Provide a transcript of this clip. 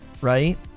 right